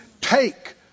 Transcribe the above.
Take